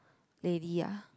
lady ah